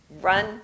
run